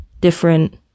different